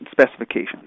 specifications